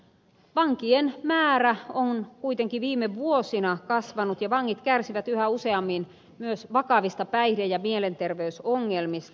vankien määrä on kuitenkin viime vuosina kasvanut ja vangit kärsivät yhä useammin myös vakavista päihde ja mielenterveysongelmista